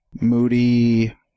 moody